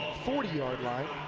forty yard line.